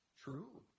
True